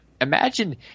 Imagine